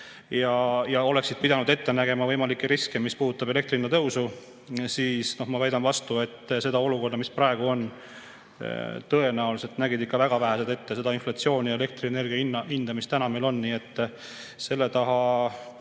ja oleksid pidanud ette nägema võimalikke riske, mis puudutab elektri hinna tõusu. Ma väidan vastu, et seda olukorda, mis praegu on, nägid tõenäoliselt ikka väga vähesed ette, seda inflatsiooni ja elektrienergia hinda, mis täna meil on. Nii et selle taha